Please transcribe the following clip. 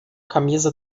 camisa